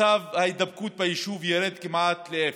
מצב ההידבקות ביישוב ירד כמעט לאפס.